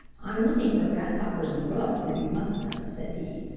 i'm looking for grasshoppers and grubs, if you must know, said he.